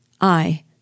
I